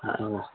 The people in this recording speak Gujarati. હા